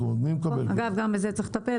אגב, בזה צריך לטפל.